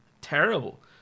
Terrible